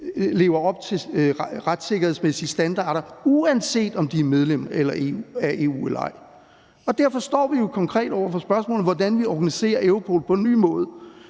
lever op til retssikkerhedsmæssige standarder, uanset om de er medlem af EU eller ej. Derfor står vi jo konkret over for spørgsmålet, hvordan vi organiserer Europol på en ny måde,